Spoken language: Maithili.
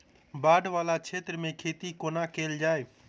बाढ़ वला क्षेत्र मे खेती कोना कैल जाय?